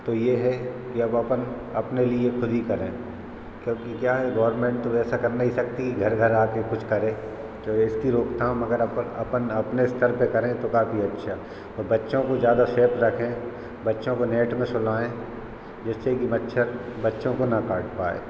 तो ये है कि अब अपन अपने लिए खुद ही करें क्योंकि क्या है कि गौरमेंट तो ऐसा कर ही नहीं सकती घर घर आ के कुछ करें तो इसकी रोकथाम अगर अपन अपने स्तर पे करें तो काफ़ी अच्छा और बच्चों को ज़्यादा सेफ रखे बच्चों को नेट में सुलाएं जिससे कि मच्छर बच्चों को ना काट पाये